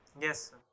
Yes